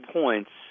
points